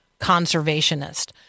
conservationist